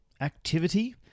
activity